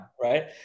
Right